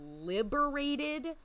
liberated